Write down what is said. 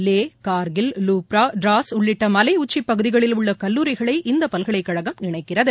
லேஹ் கா்கில் லூப்ரா டராஸ் உள்ளிட்ட மலை உச்சிபகுதிகளிலுள்ள கல்லூரிகளை இந்தப் பல்கலைக்கழகம் இணைக்கிறது